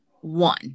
One